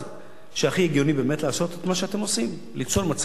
שהכי הגיוני באמת לעשות את מה שאתם עושים: ליצור מצב שבו,